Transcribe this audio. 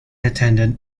attendant